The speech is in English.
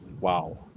Wow